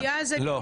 לא, לא.